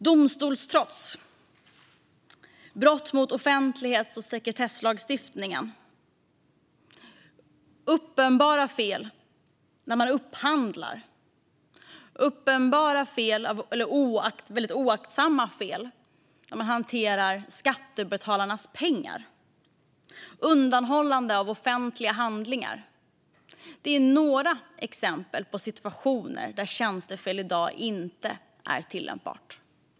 Domstolstrots, brott mot offentlighets och sekretesslagstiftningen, uppenbara fel när man upphandlar, väldigt oaktsamma fel när man hanterar skattebetalarnas pengar och undanhållande av offentliga handlingar är några exempel på situationer där tjänstefel i dag inte är tillämpbart.